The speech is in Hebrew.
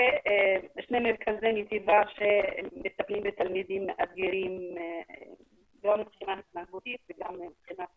ושני מרכזים שמטפלים בתלמידים מאתגרים גם מבחינה התנהגותית וגם מבחינת